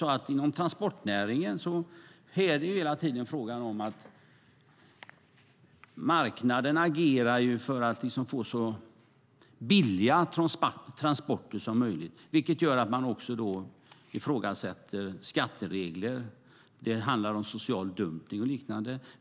Inom transportnäringen är det hela tiden frågan om att marknaden agerar för att få så billiga transporter som möjligt, vilket gör att man ifrågasätter skatteregler. Det handlar om social dumpning och liknande.